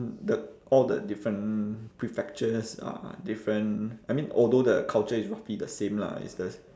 the all the different prefectures are different I mean although the culture is roughly the same lah it's the